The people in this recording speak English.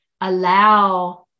allow